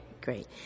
Great